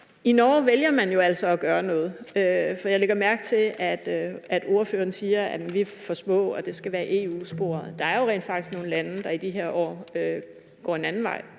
I Norge vælger man jo altså at gøre noget, og jeg lægger mærke til, at ordføreren siger: Jamen vi er for små, og det skal ske i EU-sporet. Der er jo rent faktisk nogle lande, der i de her år går en anden vej